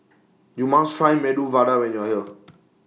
YOU must Try Medu Vada when YOU Are here